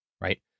right